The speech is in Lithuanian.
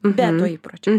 be to įpročio